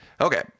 Okay